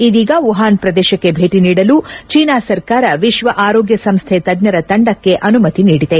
ಇದೀಗ ವುಹಾನ್ ಪ್ರದೇಶಕ್ಕೆ ಭೇಟಿ ನೀಡಲು ಚೀನಾ ಸರ್ಕಾರ ವಿಶ್ವ ಆರೋಗ್ಯ ಸಂಸ್ಥೆ ತಜ್ಜರ ತಂಡಕ್ಕೆ ಅನುಮತಿ ನೀಡಿದೆ